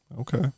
okay